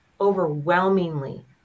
overwhelmingly